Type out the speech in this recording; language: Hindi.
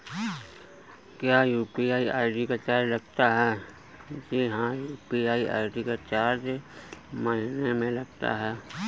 क्या यू.पी.आई आई.डी का चार्ज लगता है?